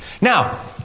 Now